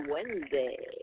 Wednesday